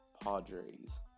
Padres